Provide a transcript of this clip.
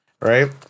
Right